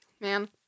Man